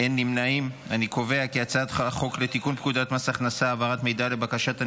להעביר את הצעת חוק לתיקון פקודת מס הכנסה (העברת מידע לבקשת הנישום),